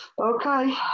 Okay